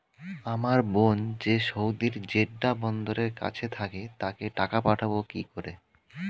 আমার বোন যে সৌদির জেড্ডা বন্দরের কাছে থাকে তাকে টাকা পাঠাবো কি করে?